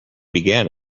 began